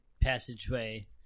passageway